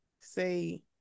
Say